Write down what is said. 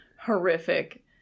horrific